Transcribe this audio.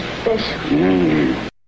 special